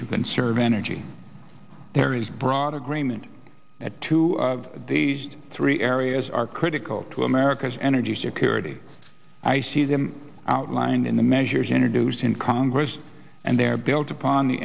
to conserve energy there is broad agreement that to these three areas are critical to america's energy security i see them outlined in the measures introduced in congress and they're built upon the